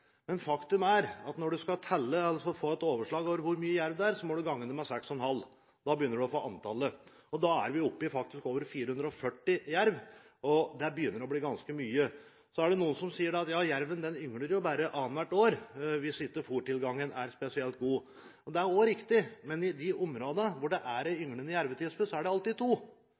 Men faktum er at når du skal få et overslag over hvor mange jerv det er, må du gange det med 6,5. Da får du antallet. Da er vi faktisk oppe i over 440 jerv. Det begynner å bli ganske mye. Så er det noen som sier at jerven yngler bare annethvert år hvis ikke fôrtilgangen er spesielt god. Det er også riktig. Men i de områdene hvor det er én ynglende jervetispe, er det gjerne to